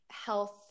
health